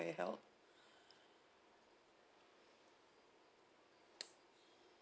for your help